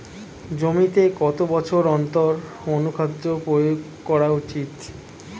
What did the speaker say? জমিতে কত বছর অন্তর অনুখাদ্য প্রয়োগ করা উচিৎ?